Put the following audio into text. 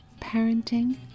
parenting